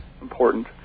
Important